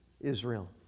Israel